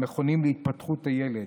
במכונים להתפתחות הילד,